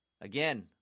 Again